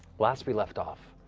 last we left off,